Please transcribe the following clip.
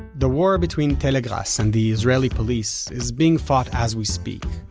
the war between telegrass and the israeli police is being fought as we speak.